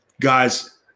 Guys